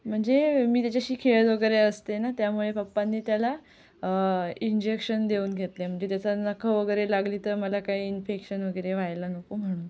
म्हणजे मी त्याच्याशी खेळत वगैरे असते ना त्यामुळे पप्पांनी त्याला इंजेक्शन देऊन घेतलं आहे म्हणजे त्याचा नखं वगैरे लागली तर मला काही इन्फेक्शन वगैरे व्हायला नको म्हणून